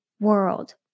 world